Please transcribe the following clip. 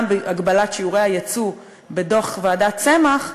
בהגבלת שיעורי היצוא בדוח ועדת צמח,